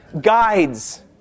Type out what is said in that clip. guides